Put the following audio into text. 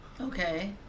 Okay